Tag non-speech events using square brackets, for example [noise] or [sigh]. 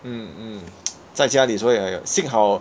mm mm [noise] 在家里所以幸好